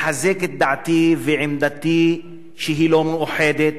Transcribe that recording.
מתחזקת דעתי ועמדתי שהיא לא מאוחדת,